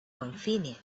convenient